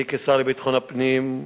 אני, כשר לביטחון הפנים,